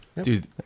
Dude